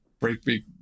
breakbeat